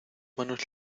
manos